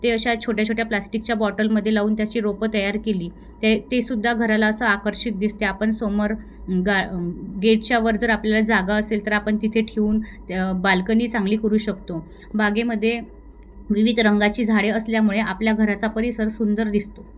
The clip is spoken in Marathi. ते अशा छोट्या छोट्या प्लास्टिकच्या बॉटलमध्ये लावून त्याची रोपं तयार केली ते ते सुद्धा घराला असं आकर्षित दिसते आपण समोर गा गेटच्यावर जर आपल्याला जागा असेल तर आपण तिथे ठेवून बाल्कनी चांगली करू शकतो बागेमदे विविध रंगाची झाडे असल्यामुळे आपल्या घराचा परिसर सुंदर दिसतो